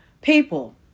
people